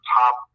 top